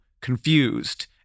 confused